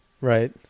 Right